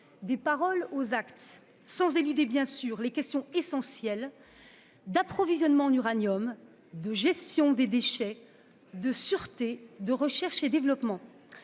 des paroles aux actes, sans éluder, bien sûr, les questions essentielles d'approvisionnement en uranium, de gestion des déchets, de sûreté et de recherche et développement.